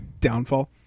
downfall